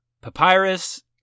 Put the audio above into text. Papyrus